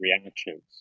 reactions